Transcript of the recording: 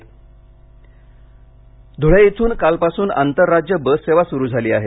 ST धळे धुळे इथून कालपासून आंतरराज्य बससेवा सुरू झाली आहे